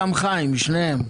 גם חיים, שניהם.